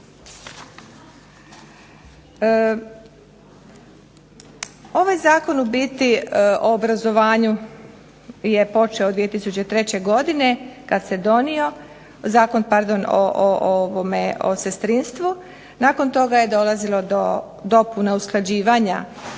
Ovaj zakon u biti o obrazovanju je počeo 2003. godine kad se donio, Zakon pardon o sestrinstvu, nakon toga je dolazilo do dopune usklađivanja